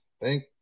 Thank